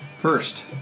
First